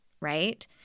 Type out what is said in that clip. right